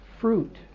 Fruit